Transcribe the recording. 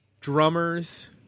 drummers